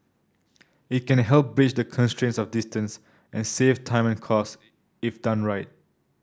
it can help bridge the constraints of distance and save time and cost if done right